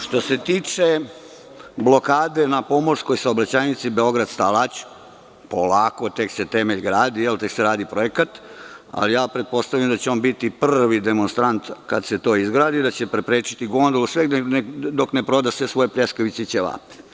Što se tiče blokade na pomorskoj saobraćajnici Beograd-Stalać, polako, tek se temelj gradi, tek se radi projekat, ali pretpostavljam da će on biti prvi demonstrant kad se to izgradi, da će preprečiti gondolu sve dok ne proda sve svoje pljeskavice i ćevape.